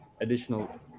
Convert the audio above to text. additional